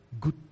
good